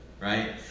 Right